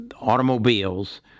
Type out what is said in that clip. automobiles